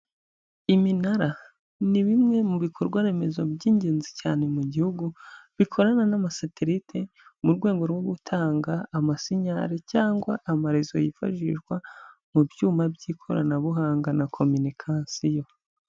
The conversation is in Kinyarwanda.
Iminara ni bimwe mu bikorwa remezo by'ingenzi cyane mu gihugu, bikorana n'amaseterite mu rwego rwo gutanga amasinyari cyangwa amarezo yifashishwa mu byuma by'ikoranabuhanga na kominikasiyo.